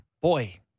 Boy